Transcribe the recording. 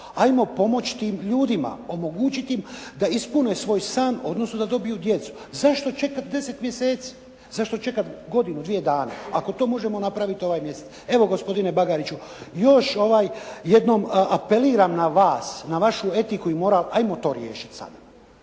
Ajmo pomoći tim ljudima. Omogućiti im da ispune svoj san odnosno da dobiju djecu. Zašto čekati 10 mjeseci? Zašto čekati godinu, dvije dana? Ako to možemo napraviti ovaj mjesec. Evo gospodine Bagariću još jednom apeliram na vas, na vašu etiku i moral ajmo to riješiti sada.